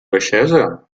baixesa